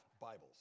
Bibles